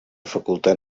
facultat